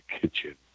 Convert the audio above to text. kitchen